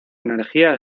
energía